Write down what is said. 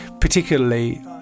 particularly